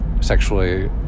sexually